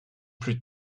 plus